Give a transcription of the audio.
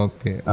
Okay